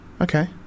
Okay